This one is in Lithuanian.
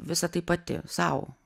visa tai pati sau